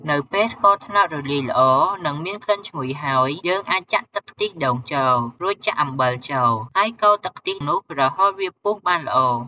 នៅពេលស្ករត្នោតរលាយល្អ និងមានក្លិនឈ្ងុយហើយ យើងអាចចាក់ទឹកខ្ទិះដូងចូល រួចចាក់អំបិលចូល ហើយកូរទឹកខ្ទិះនោះរហូតវាពុះបានល្អ។